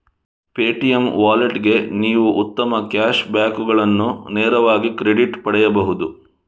Paytm ವ್ಯಾಲೆಟ್ಗೆ ನೀವು ಉತ್ತಮ ಕ್ಯಾಶ್ ಬ್ಯಾಕುಗಳನ್ನು ನೇರವಾಗಿ ಕ್ರೆಡಿಟ್ ಪಡೆಯಬಹುದು